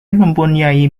mempunyai